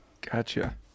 gotcha